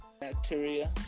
bacteria